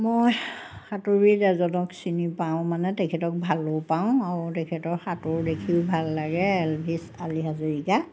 মই সাঁতোৰবিদ এজনক চিনি পাওঁ মানে তেখেতক ভালো পাওঁ আৰু তেখেতৰ সাঁতোৰ দেখিও ভাল লাগে এলভিছ আলি হাজৰিকা